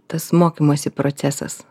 tas mokymosi procesas